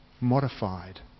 modified